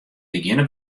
begjinne